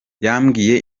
yamwibye